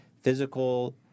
physical